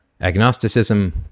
agnosticism